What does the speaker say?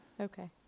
Okay